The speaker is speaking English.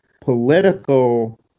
political